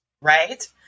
right